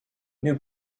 new